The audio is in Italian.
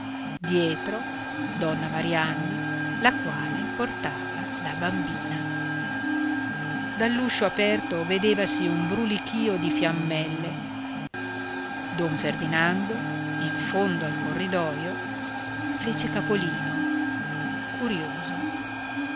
dietro donna marianna la quale portava la bambina dall'uscio aperto vedevasi un brulichìo di fiammelle don ferdinando in fondo al corridoio fece capolino curioso